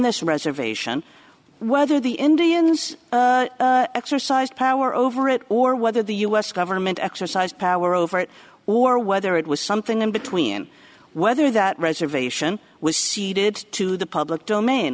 this reservation whether the indians exercised power over it or whether the u s government exercise power over it or whether it was something in between whether that reservation was ceded to the public domain